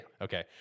Okay